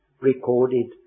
recorded